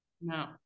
No